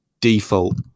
default